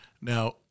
Now